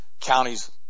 counties